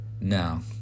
Now